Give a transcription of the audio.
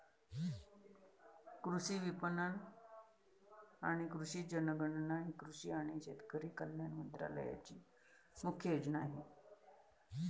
कृषी विपणन आणि कृषी जनगणना ही कृषी आणि शेतकरी कल्याण मंत्रालयाची मुख्य योजना आहे